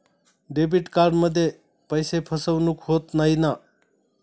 Debit कार्डमध्ये पैसे फसवणूक होत नाही ना?